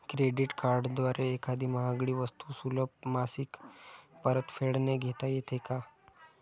Credit कार्डद्वारे एखादी महागडी वस्तू सुलभ मासिक परतफेडने घेता येते का?